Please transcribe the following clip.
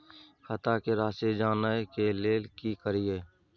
खाता के राशि जानय के लेल की करिए?